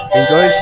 enjoy